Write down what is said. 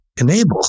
enable